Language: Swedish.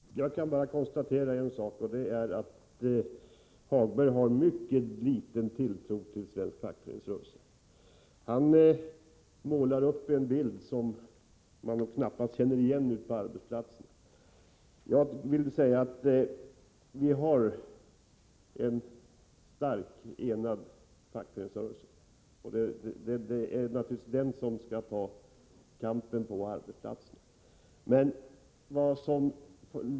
Herr talman! Jag kan bara konstatera att Lars-Ove Hagberg har mycket liten tilltro till svensk fackföreningsrörelse. Han målar upp en bild som man knappast känner igen ute på arbetsplatserna. Vi har en stark, enad fackföreningsrörelse. Det är naturligtvis den som skall föra kampen på arbetsplatserna.